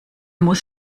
muss